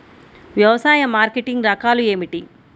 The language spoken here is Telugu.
వ్యవసాయ మార్కెటింగ్ రకాలు ఏమిటి?